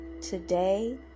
today